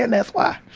and that's why.